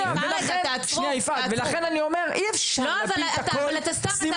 ולכן אני אומר אי אפשר להפיל את הכל סימון,